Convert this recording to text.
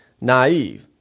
naive